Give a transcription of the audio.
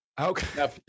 Okay